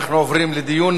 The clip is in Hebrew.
אנחנו עוברים לדיון.